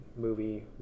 movie